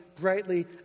brightly